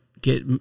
get